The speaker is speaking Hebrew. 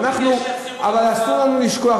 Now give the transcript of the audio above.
אבל אסור לנו לשכוח,